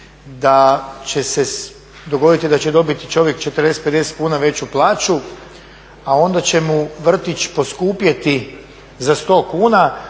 da će se dogoditi da će dobiti čovjek 40, 50 kuna veću plaću, a onda će mu vrtić poskupiti za 100 pa